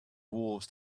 wolves